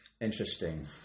Interesting